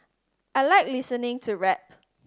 I like listening to rap